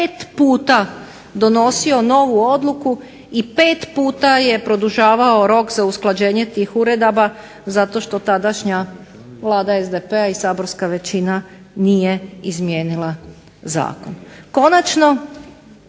pet puta donosio novu odluku i pet puta je produžavao rok za usklađenje tih uredaba zato što tadašnja Vlada SDP-a i saborska većina nije izmijenila zakon. Konačno,